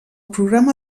programa